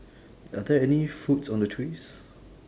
are there any fruits on the trees